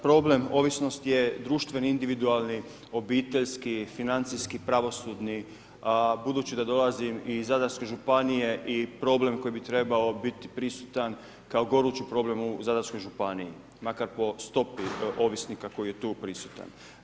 Problem ovisnosti je društveni individualni obiteljski financijski pravosudni budući da dolazim iz Zadarske županije i problem koji bi trebao biti prisutan kao gorući problem u Zadarskoj županiji makar po stopi ovisnika koji je tu prisutan.